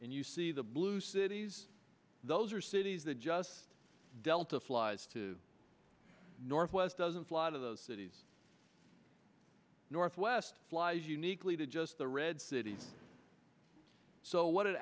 and you see the blue cities those are cities that just delta flies to northwest doesn't lot of those cities northwest flies uniquely to just the red cities so what it